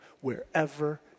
wherever